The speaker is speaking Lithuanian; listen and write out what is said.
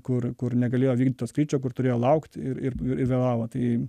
kur kur negalėjo vykdyt to skrydžio kur turėjo laukt ir ir vėlavo tai